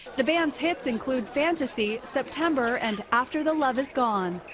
the band's hits include fantasy, september, and after the love is gone.